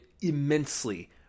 immensely